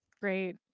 Great